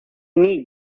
need